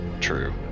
True